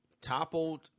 toppled